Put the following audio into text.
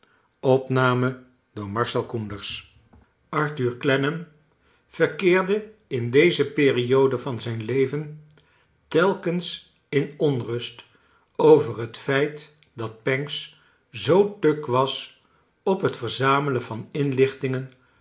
arthur clennam verkeerde in deze periode van zijn leven telkens in onrust over het feit dat pancks zoo tuk was op het verzamelen van inlichtingen